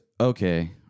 okay